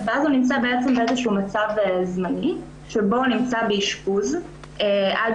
ואז הוא נמצא באיזשהו מצב זמני שבו הוא נמצא באשפוז עד